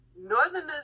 Northerners